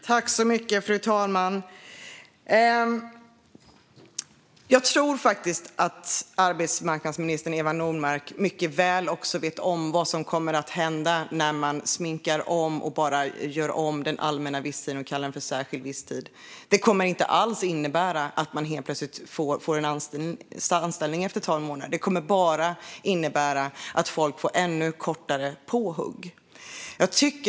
Fru talman! Jag tror faktiskt att arbetsmarknadsminister Eva Nordmark mycket väl vet vad som kommer att hända när man sminkar om allmän visstidsanställning och kallar den för särskild visstidsanställning. Det kommer inte alls att innebära att man helt plötsligt får en anställning efter 12 månader. Det kommer bara att innebära att folk får ännu kortare påhugg.